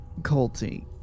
culty